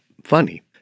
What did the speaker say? Funny